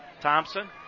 Thompson